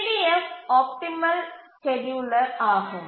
EDF optimal scheduler ஆகும்